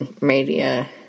media